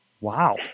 Wow